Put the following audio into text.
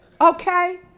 Okay